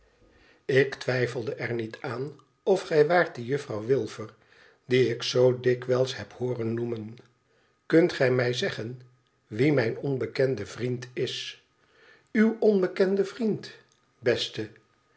ik twijfelde er niet aan of gij waart die jufirouw wilfer die ik zoo dikwijls heb hooren noemen kunt gij mij zeggen wie mijn onbekende vriend is luw onbekende vriend beste